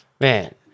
Man